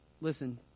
Listen